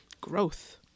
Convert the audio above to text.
growth